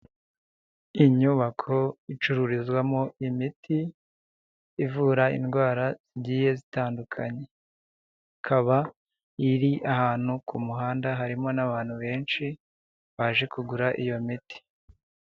Inyubako icururizwamo imiti ivura indwara zigiye zitandukanye, ikaba iri ahantu ku muhanda harimo n'abantu benshi baje kugura iyo miti.